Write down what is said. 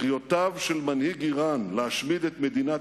קריאותיו של מנהיג אירן להשמיד את מדינת